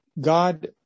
God